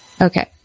Okay